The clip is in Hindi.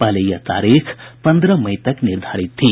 पहले यह तारीख पंद्रह मई तक निर्धारित थी